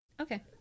okay